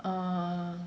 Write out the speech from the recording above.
uh